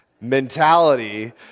mentality